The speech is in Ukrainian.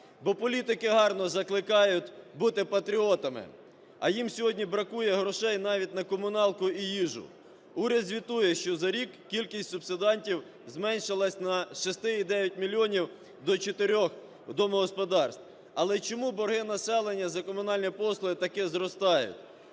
Бо політики гарно закликають бути патріотами, а їм сьогодні бракує грошей навіть на комуналку і їжу. Уряд звітує, що за рік кількість субсидіантів зменшилась на 6,9 мільйона, до 4 домогосподарств. Але чому борги населення за комунальні послуги таки зростають?